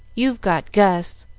you've got gus,